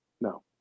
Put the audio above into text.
No